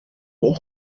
les